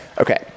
Okay